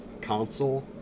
console